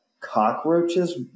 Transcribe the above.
cockroaches